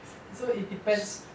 so it depends